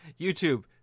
YouTube